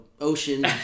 ocean